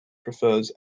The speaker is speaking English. prefers